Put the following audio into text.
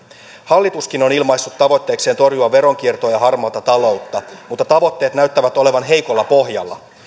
hallituskin on ilmaissut tavoitteekseen torjua veronkiertoa ja harmaata taloutta mutta tavoitteet näyttävät olevan heikolla pohjalla